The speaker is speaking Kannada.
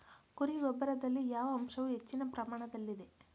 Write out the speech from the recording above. ಕುರಿ ಗೊಬ್ಬರದಲ್ಲಿ ಯಾವ ಅಂಶವು ಹೆಚ್ಚಿನ ಪ್ರಮಾಣದಲ್ಲಿದೆ?